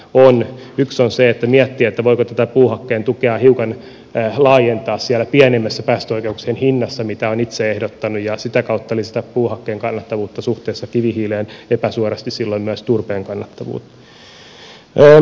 yksi on se että miettii voiko tätä puuhakkeen tukea hiukan laajentaa siellä pienimmässä päästöoikeuksien hinnassa mitä olen itse ehdottanut ja sitä kautta lisätä puuhakkeen kannattavuutta suhteessa kivihiileen epäsuorasti silloin myös turpeen kannattavuutta